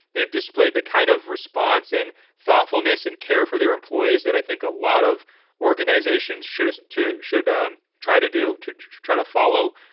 they've displayed the kind of response and thoughtfulness and care for their employees that i think a lot of organizations should, too, should ah try to do to to try to follow.